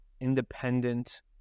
independent